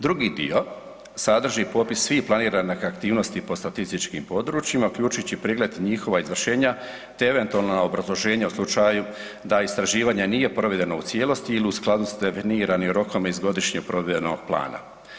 Drugi dio sadrži popis svih planiranih aktivnosti po statističkim područjima uključujući i pregled njihova izvršenja te eventualna obrazloženja da istraživanje nije provedeno u cijelosti ili u skladu s definiranim rokom iz godišnjeg provedbenog plana.